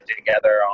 together